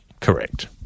correct